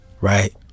Right